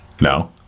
No